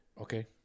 Okay